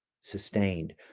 sustained